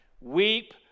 weep